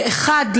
אחד,